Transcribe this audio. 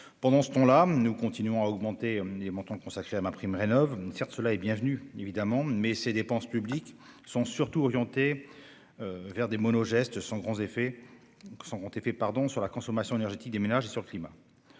Pendant ce temps-là, nous continuons à accroître les montants consacrés à MaPrimeRénov'. Certes, cette hausse est bienvenue, mais ces dépenses publiques sont surtout orientées vers des monogestes sans grand effet sur la consommation énergétique des ménages et sur le climat.